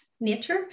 nature